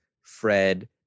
Fred